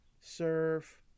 Serve